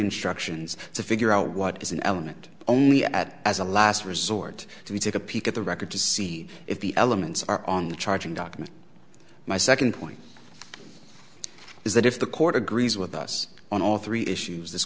instructions to figure out what is an element only at as a last resort to take a peek at the record to see if the elements are on the charging document my second point is that if the court agrees with us on all three issues this